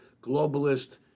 globalist